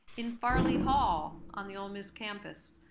in farley hall on the ole miss campus.